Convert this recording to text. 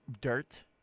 dirt